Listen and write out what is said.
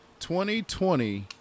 2020